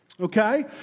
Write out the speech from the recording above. Okay